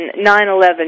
9-11